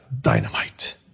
dynamite